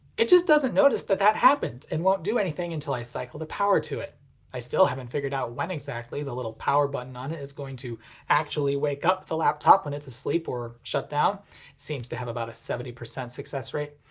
it just doesn't notice that that happened and won't do anything until i cycle the power to it i still haven't figured out when exactly the little power button on it is going to actually wake up the laptop when it's asleep or shut down it seems to have about a seventy percent success rate.